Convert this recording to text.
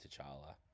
T'Challa